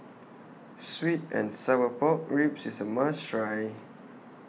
Sweet and Sour Pork Ribs IS A must Try